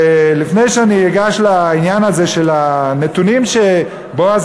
ולפני שאני אגש לעניין הזה של הנתונים שבועז